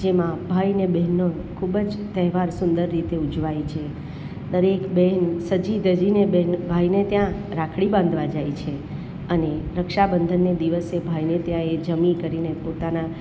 જેમાં ભાઈને બહેનનો તહેવાર ખૂબ જ સુંદર રીતે ઉજવાય છે દરેક બહેન સજીધજીને ભાઈને ત્યાં રાખડી બાંધવા જાય છે અને રક્ષાબંધનને દિવસે ભાઈને ત્યાં એ જમી કરીને પોતાના